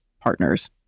partners